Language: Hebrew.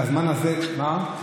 הזמן הזה, מה?